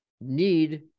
need